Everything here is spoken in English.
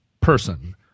person